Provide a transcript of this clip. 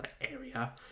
area